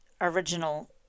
original